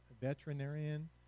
veterinarian